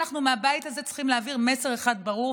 מהבית הזה אנחנו צריכים להעביר מסר אחד ברור,